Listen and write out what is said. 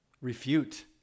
Refute